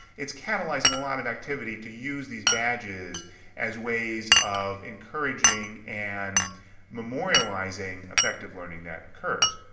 it's canalizing lot of activity to use these badges as ways of encouraging and memorializing effective learning that occurs.